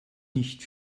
nicht